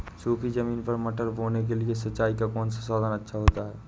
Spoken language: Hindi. सूखी ज़मीन पर मटर बोने के लिए सिंचाई का कौन सा साधन अच्छा होता है?